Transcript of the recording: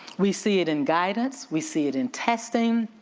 we see it in guidance, we see it in testing,